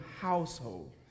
household